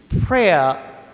prayer